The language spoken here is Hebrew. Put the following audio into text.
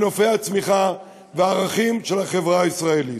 מנופי הצמיחה והערכים של החברה הישראלית.